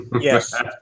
Yes